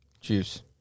Juice